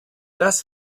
das